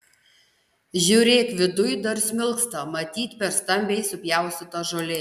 žiūrėk viduj dar smilksta matyt per stambiai supjaustyta žolė